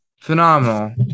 phenomenal